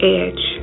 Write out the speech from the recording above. edge